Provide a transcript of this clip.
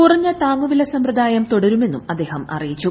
കുറഞ്ഞ താങ്ങുവില സ്ത്രമ്പദായം തുടരുമെന്നും അദ്ദേഹം അറിയിച്ചു